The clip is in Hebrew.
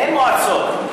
אין מועצות.